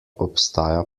obstaja